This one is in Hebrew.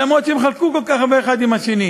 למרות שהם חלקו כל כך הרבה אחד על השני,